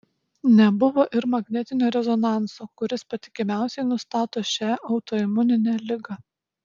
nebuvo ir magnetinio rezonanso kuris patikimiausiai nustato šią autoimuninę ligą